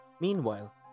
Meanwhile